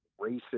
racist